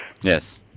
Yes